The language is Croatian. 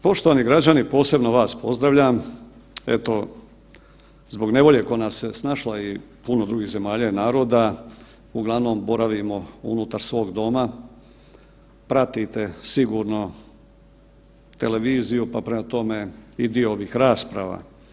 Poštovani građani posebno vas pozdravlja, eto zbog nevolje koja nas je snašla i puno drugih zemalja i naroda, uglavnom boravimo unutar svog doma, pratite sigurno televiziju pa prema tome i dio ovih rasprava.